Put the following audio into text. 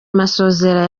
masozera